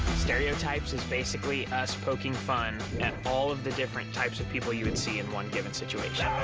stereotypes is basically us poking fun at all of the different types of people you would see in one given situation.